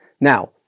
Now